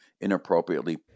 inappropriately